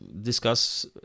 discuss